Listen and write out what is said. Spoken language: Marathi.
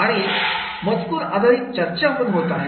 आणि मजकूर आधारित चर्चा होत आहे